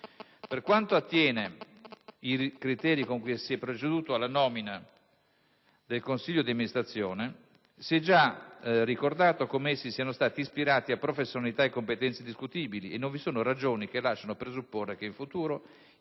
Per quanto attiene i criteri con cui si è proceduto alla nomina del consiglio di amministrazione, si è già ricordato come essi siano stati ispirati a professionalità e competenza indiscutibili e non vi sono ragioni che lasciano presupporre che, in futuro,